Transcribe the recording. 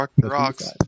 Rocks